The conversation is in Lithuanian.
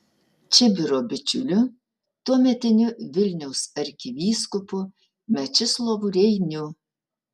čibiro bičiuliu tuometiniu vilniaus arkivyskupu mečislovu reiniu